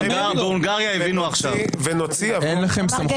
גם הם לא.